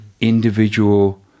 individual